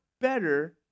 better